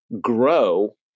grow